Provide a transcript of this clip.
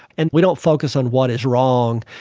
and we don't focus on what is wrong,